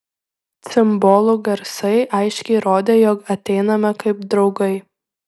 cimbolų garsai aiškiai rodė jog ateiname kaip draugai